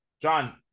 John